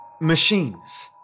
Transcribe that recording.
Machines